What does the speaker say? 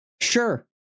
Sure